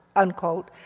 unquote,